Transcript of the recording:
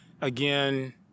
again